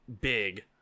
Big